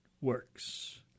works